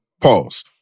Pause